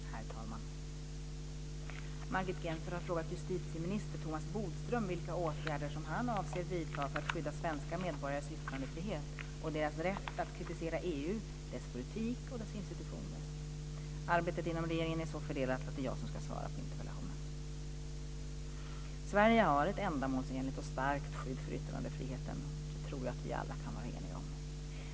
Herr talman! Margit Gennser har frågat justitieminister Thomas Bodström vilka åtgärder som han avser vidta för att skydda svenska medborgares yttrandefrihet och deras rätt att kritisera EU, dess politik och dess institutioner. Arbetet inom regeringen är så fördelat att det är jag som ska svara på interpellationen. Sverige har ett ändamålsenligt och starkt skydd för yttrandefriheten, det tror jag att vi alla kan vara eniga om.